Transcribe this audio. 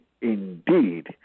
indeed